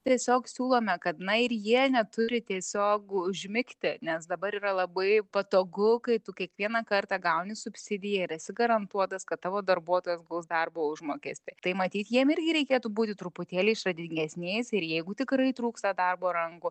tiesiog siūlome kad na ir jie neturi tiesiog užmigti nes dabar yra labai patogu kai tu kiekvieną kartą gauni subsidiją ir esi garantuotas kad tavo darbuotojas gaus darbo užmokestį tai matyt jiem irgi reikėtų būti truputėlį išradingesniais ir jeigu tikrai trūksta darbo rankų